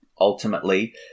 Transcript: ultimately